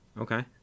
Okay